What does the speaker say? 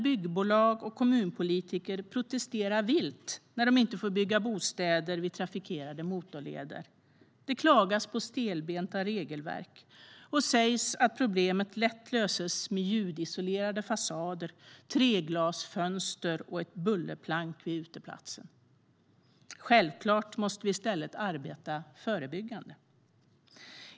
Byggbolag och kommunpolitiker protesterar vilt när de inte får bygga bostäder vid trafikerade motorleder. Det klagas på stelbenta regelverk och sägs att problemet lätt löses med ljudisolerade fasader, treglasfönster och ett bullerplank vid uteplatsen. Självklart måste vi i stället arbeta förebyggande.